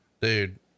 dude